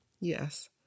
Yes